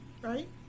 right